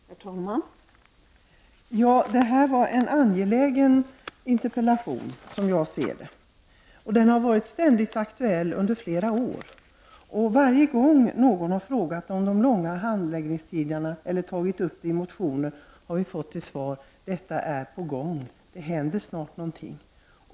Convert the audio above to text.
Herr talman! Det här är en angelägen interpellation, som jag ser det. Den har varit aktuell under flera år. Varje gång någon har frågat om de långa handläggningstiderna, eller tagit upp frågan i motioner, har vi fått till svar: Det är på gång. Det händer snart någonting.